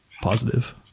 positive